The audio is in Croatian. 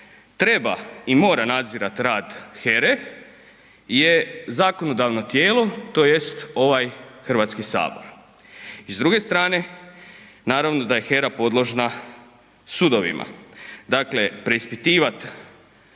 treba i mora nadzirat rad HERA-e je zakonodavno tijelo tj. ovaj Hrvatski sabor. I s druge strane, naravno da je HERA podložna sudovima. Dakle preispitivati